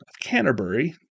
Canterbury